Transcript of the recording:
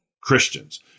Christians